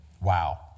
Wow